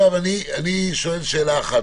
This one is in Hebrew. אני שואל שאלה אחת.